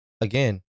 again